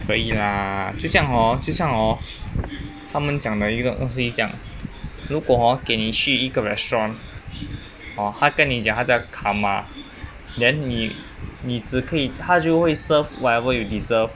可以啦就像 hor 就像 hor 他们讲的一个东西这样如果 hor 给你去一个 restaurant hor 他跟你讲他叫 karma then 你你只可以他就会 serve whatever you deserve